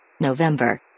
November